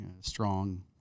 strong